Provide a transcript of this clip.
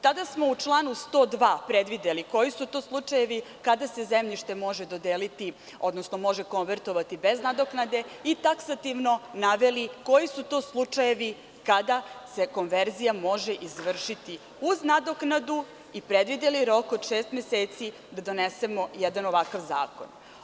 Tada smo u članu 102. predvideli koji su to slučajevi kada se zemljište može dodeliti, odnosno može konvertovati bez nadoknade i taksativno naveli koji su to slučajevi kada se konverzija može izvršiti uz nadoknadu i predvideli rok od šest meseci da donesemo jedan ovakav zakon.